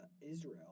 Israel